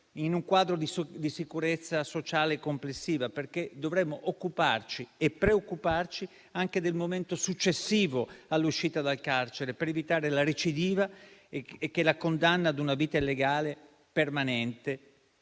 in un quadro di sicurezza sociale complessiva, perché dovremmo occuparci e preoccuparci anche del momento successivo all'uscita dal carcere, per evitare la recidiva e che la condanna ad una vita illegale permanente